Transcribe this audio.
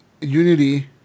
Unity